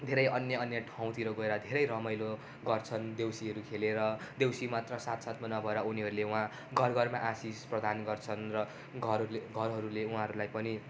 धेरै अन्य अन्य ठाँउतिर गएर धेरै रमाइलो गर्छन् देउसीहरू खेलेर देउसी मात्र साथ साथमा नभएर उनीहरूले वहाँ घर घरमा आशिष प्रदान गर्छन् र घरहर घरहरूले उहाँहरूलाई पनि